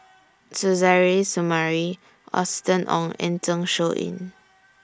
Suzairhe Sumari Austen Ong and Zeng Shouyin